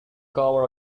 cover